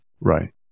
Right